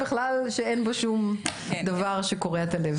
שאין בו שום דבר שקורע את הלב...